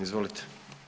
Izvolite.